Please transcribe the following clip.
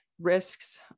risks